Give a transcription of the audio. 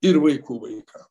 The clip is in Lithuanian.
ir vaikų vaikam